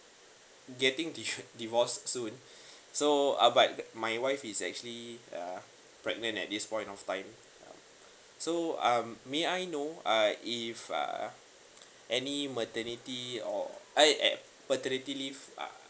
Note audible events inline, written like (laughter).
getting the (laughs) divorce soon so uh but my wife is actually uh pregnant at this point of time um so um may I know uh if uh any maternity or uh uh paternity leave uh